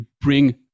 bring